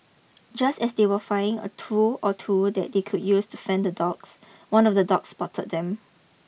just as they were a tool or two that they could use to fend the dogs one of the dog spotted them